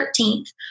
13th